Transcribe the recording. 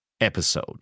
episode